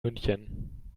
münchen